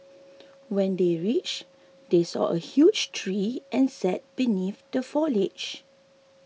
when they reached they saw a huge tree and sat beneath the foliage